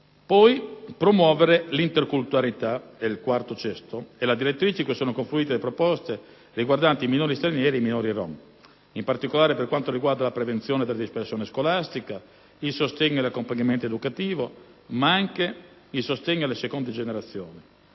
promuovere l'interculturalità: è la direttrice in cui sono confluite le proposte riguardanti i minori stranieri ed i minori rom, in particolare per quanto riguarda la prevenzione della dispersione scolastica, il sostegno e l'accompagnamento educativo, ma anche il sostegno alle seconde generazioni.